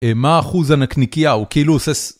ומה אחוז נקניקיה, הוא כאילו עושה...